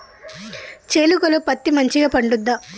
చేలుక లో పత్తి మంచిగా పండుద్దా?